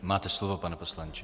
Máte slovo, pane poslanče.